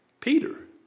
Peter